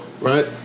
Right